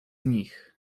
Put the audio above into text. nich